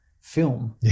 film